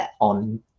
on